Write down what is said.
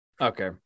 Okay